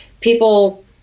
People